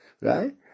Right